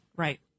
Right